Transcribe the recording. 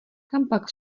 kampak